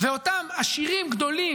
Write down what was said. ואותם עשירים גדולים,